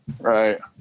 Right